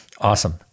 Awesome